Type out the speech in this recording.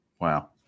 Wow